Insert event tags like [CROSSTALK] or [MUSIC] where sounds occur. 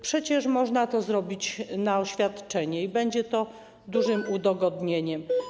Przecież można to zrobić na oświadczenie i będzie to [NOISE] dużym udogodnieniem.